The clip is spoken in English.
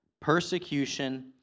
persecution